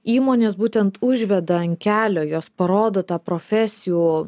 įmonės būtent užveda ant kelio jos parodo tą profesijų